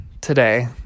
today